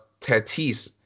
Tatis